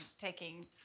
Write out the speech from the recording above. taking